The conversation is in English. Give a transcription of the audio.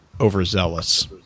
Overzealous